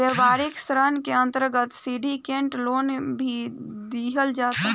व्यापारिक ऋण के अंतर्गत सिंडिकेट लोन भी दीहल जाता